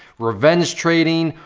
revenge trading,